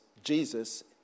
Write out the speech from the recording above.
Jesus